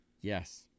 Yes